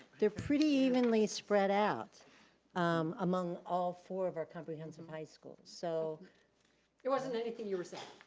they're pretty evenly spread out um among all four of our comprehensive high schools. so it wasn't anything you were saying.